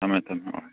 ꯊꯝꯃꯦ ꯊꯝꯃꯦ ꯍꯣꯏ